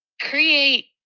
create